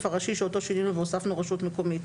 הראשי שאותו שינינו והוספנו רשות מקומית.